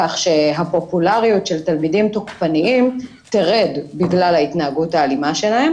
כך שהפופולריות של תלמידים תוקפניים תרד בגלל ההתנהגות האלימה שלהם